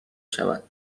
شود